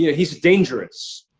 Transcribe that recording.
yeah he's dangerous!